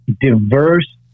diverse